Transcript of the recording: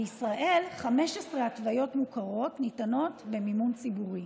בישראל יש 15 התוויות מוכרות הניתנות במימון ציבורי.